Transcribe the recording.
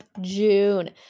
June